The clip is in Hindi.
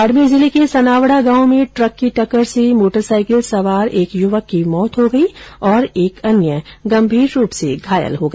बाड़मेर जिले के सनावडा गांव में ट्रक की टक्कर से मोटरसाइकिल सवार एक युवक की मौत हो गई और एक अन्य गंभीर रूप से घायल हो गया